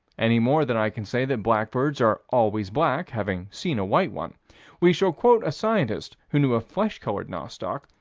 any more than i can say that blackbirds are always black, having seen a white one we shall quote a scientist who knew of flesh-colored nostoc,